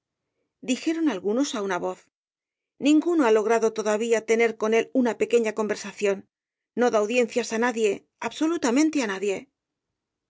dijeron algunos á una voz ninguno ha logrado todavía tener con él una pequeña conversación no da audiencias á nadie absolutamente á nadie